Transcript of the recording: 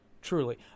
truly